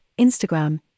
Instagram